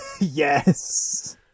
Yes